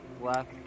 Left